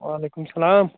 وعلیکم السلام